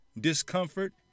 discomfort